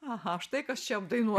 aha štai kas čia apdainuo